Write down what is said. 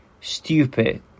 stupid